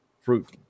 fruit